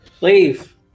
Leave